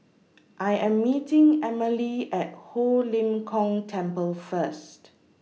I Am meeting Emelie At Ho Lim Kong Temple First